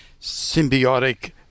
symbiotic